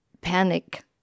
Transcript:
panic